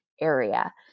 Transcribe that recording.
area